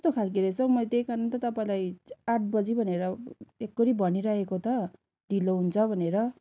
कस्तो खालको रहेछ हौ मैले त्यही कारण त तपाईँलाई आठ बजी भनेर एकोहोरो भनिरहेको त ढिलो हुन्छ भनेर